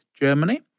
Germany